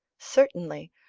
certainly,